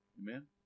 Amen